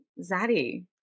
zaddy